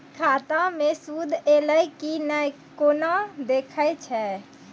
खाता मे सूद एलय की ने कोना देखय छै?